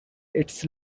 its